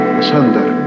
asunder